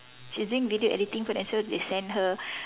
she is doing video editing so they send her